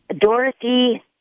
Dorothy